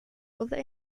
other